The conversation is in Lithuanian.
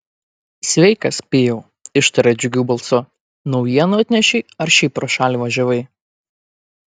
sveikas pijau ištarė džiugiu balsu naujienų atnešei ar šiaip pro šalį važiavai